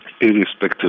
irrespective